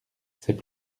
c’est